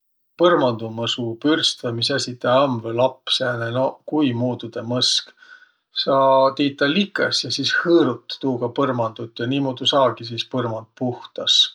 Põrmandumõsu pürst vai misasi tä um, vai lapp sääne. Noh, kuimuudu tä mõsk? Sa tiit tä likõs ja sis hõõrut tuuga põrmandut ja niimuudu saagi sis põrmand puhtas.